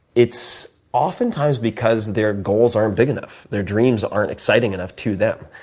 it's oftentimes because their goals aren't big enough. their dreams aren't exciting enough to them.